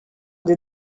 des